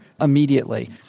immediately